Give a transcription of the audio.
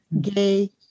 gay